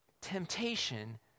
temptation